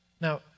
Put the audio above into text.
Now